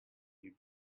you